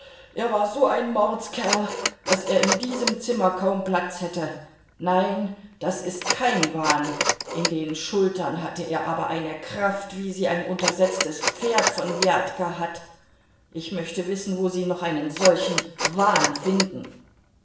er war so ein mordskerl daß er in diesem zimmer kaum platz hätte nein das ist kein wahn in den schultern hatte er aber eine kraft wie sie ein untersetztes pferd von wjatka hat ich möchte wissen wo sie noch einen solchen wahn finden